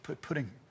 putting